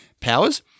powers